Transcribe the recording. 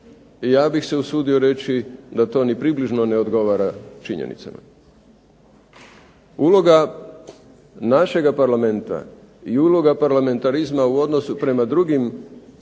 ja bih se usudio reći da to ni približno ne odgovara činjenicama. Uloga našega Parlamenta i uloga parlamentarizma u odnosu prema drugim